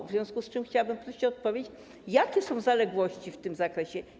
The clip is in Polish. W związku z tym chciałabym prosić o odpowiedź: Jakie są zaległości w tym zakresie?